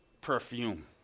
perfume